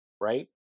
right